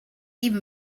even